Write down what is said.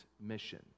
mission